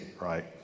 right